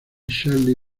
charlie